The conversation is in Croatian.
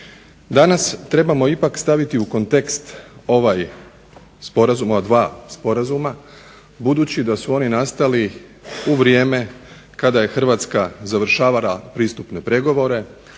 ipak trebamo staviti u kontekst ova dva sporazuma budući da su oni nastali kada je Hrvatska završavala pretpristupne pregovore.